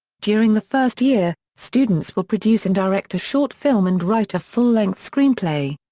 during the first year, students will produce and direct a short film and write a full-length screenplay.